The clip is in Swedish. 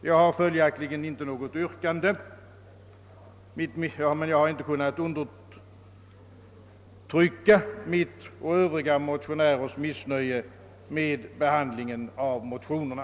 Jag har, herr talman, följaktligen inte något yrkande, men jag har inte kunnat underlåta att uttrycka mitt och mina medmotionärers missnöje med behandlingen av motionerna.